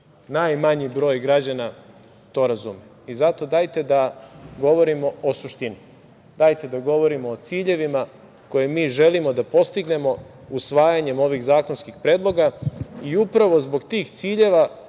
najmanji broj građana to razume. Zato dajte da govorimo o suštini, dajte da govorimo o ciljevima koje mi želimo da postignemo usvajanjem ovih zakonskih predloga, i upravo zbog tih ciljeva